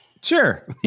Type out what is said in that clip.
Sure